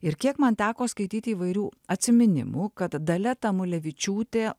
ir kiek man teko skaityt įvairių atsiminimų kad dalia tamulevičiūtė